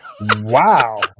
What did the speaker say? Wow